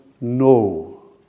no